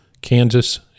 Kansas